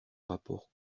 rapport